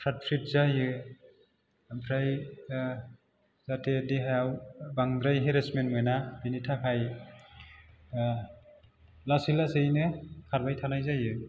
फ्राट फ्रिट जायो ओमफ्राय जाहाथे देहायाव बांद्राय हेरेसमेन्ट मोना बेनि थाखाय लासै लासैनो खारबाय थानाय जायो